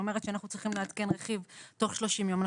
שאומרת שאנחנו צריכים לעדכן רכיב תוך 30 ימים.